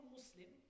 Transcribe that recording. Muslim